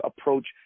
approach